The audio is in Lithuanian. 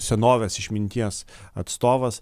senovės išminties atstovas